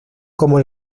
como